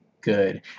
good